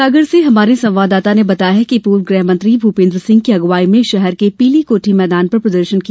सागर से हमारे संवाददाता ने बताया है कि पूर्व गृहमंत्री भूपेन्द्र सिंह की अगुवाई में शहर के पीली कोठी मैदान पर प्रदर्शन किया